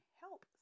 help